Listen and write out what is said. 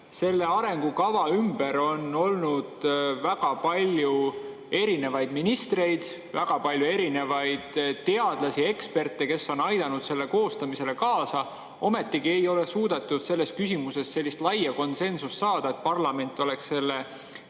Selle arengukava ümber on olnud väga palju erinevaid ministreid, väga palju erinevaid teadlasi ja eksperte, kes on aidanud selle koostamisele kaasa. Ometigi ei ole suudetud selles küsimuses sellist laia konsensust saada, et parlament oleks selle